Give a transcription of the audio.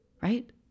right